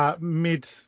Mid